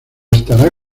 estará